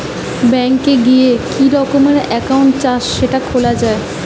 bank এ গিয়ে কি রকমের একাউন্ট চাই সেটা খোলা যায়